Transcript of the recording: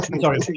Sorry